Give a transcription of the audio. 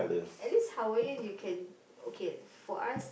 at least Hawaiian you can okay for us